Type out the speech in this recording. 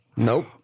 Nope